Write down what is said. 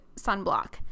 sunblock